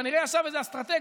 כנראה ישב איזה אסטרטג,